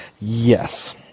Yes